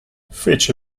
fece